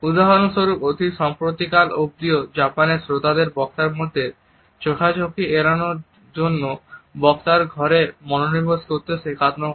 উদাহরণস্বরূপ অতি সম্প্রতিকাল অব্দিও জাপানে শ্রোতাদের বক্তার সাথে চোখাচোখি এড়ানোর জন্য বক্তার ঘরে মনোনিবেশ করতে শেখানো হয়